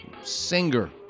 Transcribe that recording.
singer